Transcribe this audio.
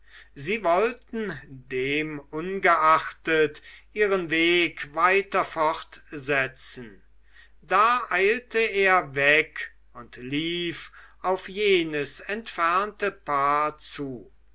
sie wollten demungeachtet ihren weg weiter fortsetzen da eilte er weg und lief auf jenes entfernte paar zu